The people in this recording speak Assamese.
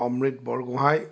অমৃত বৰগোঁহাই